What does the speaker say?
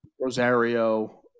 Rosario –